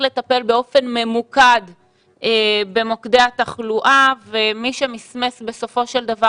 לטפל באופן ממוקד במוקדי התחלואה ומי שמסמס בסופו של דבר,